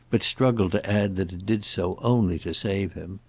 but struggled to add that it did so only to save him.